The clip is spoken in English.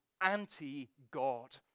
anti-God